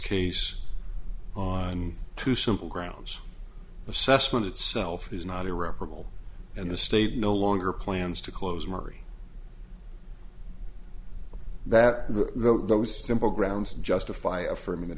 case on two simple grounds assessment itself is not irreparable and the state no longer plans to close marie that though those simple grounds justify affirm